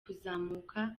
kuzamuka